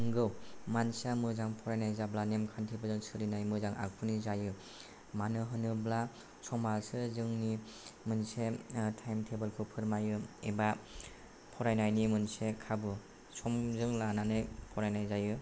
नोंगौ मानसिया मोजां फरायनाय जाब्ला नेमखान्थिफोरजों सोलिनाय मोजां आखुनि जायो मानो होनोब्ला समाजा जोंनि मोनसे टाइम टेबोलखौ फोरमायो एबा फरायनायनि मोनसे खाबु समजों लानानै फरायनाय जायो